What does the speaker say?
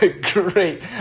great